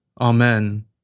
Amen